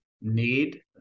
need